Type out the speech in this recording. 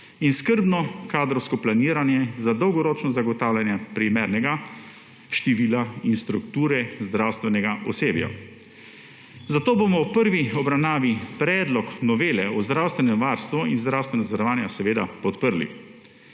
in skrbno kadrovsko planiranje za dolgoročno zagotavljanje primernega števila in strukture zdravstvenega osebja. Zato bomo v prvi obravnavi predlog novele o zdravstvenem varstvu in zdravstvenem zavarovanju seveda podprli.